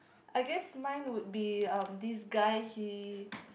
I guess mine would be um this guy he